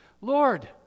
Lord